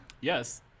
Yes